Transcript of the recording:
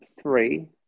three